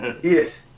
Yes